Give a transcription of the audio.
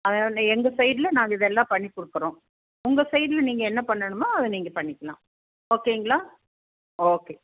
அதை வந்து எங்கள் சைடில் நாங்கள் இது எல்லாம் பண்ணிக் கொடுக்கறோம் உங்கள் சைடில் நீங்கள் என்ன பண்ணனுமோ அதை நீங்கள் பண்ணிக்கலாம் ஓகேங்களா ஓகே